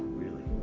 really?